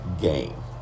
game